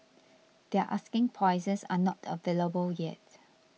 their asking prices are not available yet